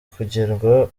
kongererwa